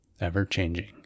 ever-changing